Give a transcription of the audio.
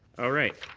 all right.